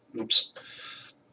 oops